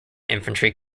infantry